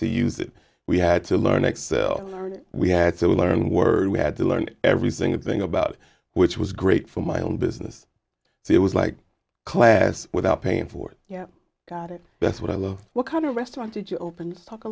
to use it we had to learn excel we had to learn word we had to learn everything and thing about which was great for my own business so it was like class without paying for it yeah i got it that's what i love what kind of restaurant did you open talk a